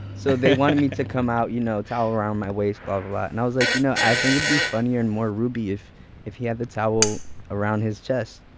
so they wanted me to come out, you know, towel around my waist. but and i was like, you know i think it'd be funnier and more ruby if if he had the towel around his chest.